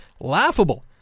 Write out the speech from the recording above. laughable